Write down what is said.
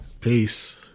Peace